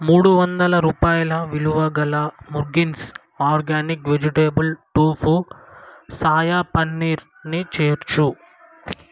మూడు వందల రూపాయల విలువ గల ముగ్గిన్స్ ఆర్గానిక్ వెజిటేబుల్ టూఫో సాయా పన్నీర్ని చేర్చు